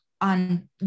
on